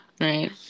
right